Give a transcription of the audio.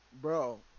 bro